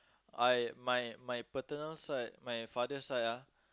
I my my paternal side my father side ah